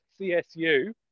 CSU